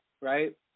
right